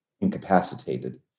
incapacitated